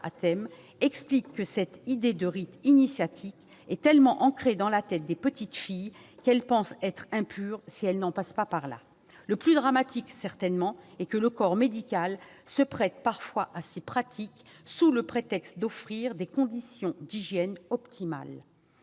Hatem explique que cette idée de rite initiatique est tellement ancrée dans la tête des petites filles qu'elles pensent être impures si elles n'en passent pas par là. Le plus dramatique est certainement le fait que le corps médical se prête parfois à ces pratiques, sous le prétexte d'offrir des conditions d'hygiène optimales.